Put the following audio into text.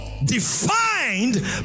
Defined